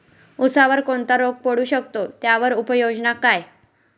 ऊसावर कोणता रोग पडू शकतो, त्यावर उपाययोजना काय?